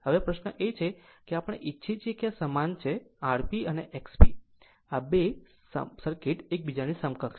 હવે પ્રશ્ન એ છે કે આપણે ઇચ્છીએ છીએ કે આ એક સમાન છે Rp અને XP આ 2 સર્કિટ એકબીજાની સમકક્ષ છે